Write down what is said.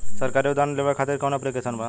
सरकारी अनुदान लेबे खातिर कवन ऐप्लिकेशन बा?